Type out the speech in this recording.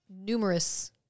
numerous